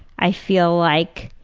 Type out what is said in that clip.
i feel like